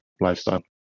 lifestyle